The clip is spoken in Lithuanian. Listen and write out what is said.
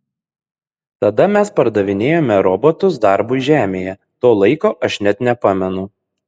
tada mes pardavinėjome robotus darbui žemėje to laiko aš net nepamenu